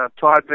Todd